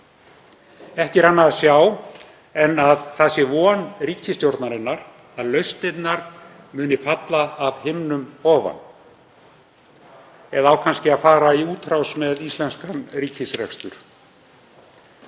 Ekki er annað að sjá en að það sé von ríkisstjórnarinnar að lausnirnar muni falla af himnum ofan. Eða á að fara í útrás með íslenskan ríkisrekstur?